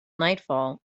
nightfall